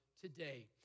today